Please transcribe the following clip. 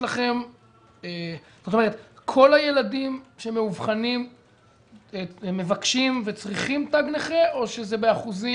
כל הילדים שמאובחנים מבקשים וצריכים תג נכה או שזה באחוזים?